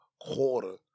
quarter